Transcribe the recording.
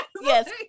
Yes